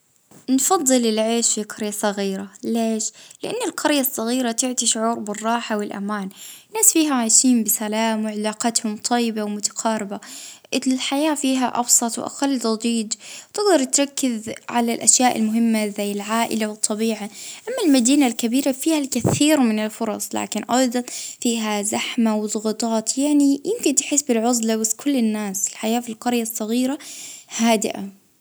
ا نفضل أن ها نعيش في مدينة كبيرة لأن فيها الخيارات وخدمات أكتر.